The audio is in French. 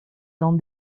dans